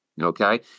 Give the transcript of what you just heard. Okay